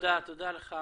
תודה לך,